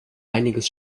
einiges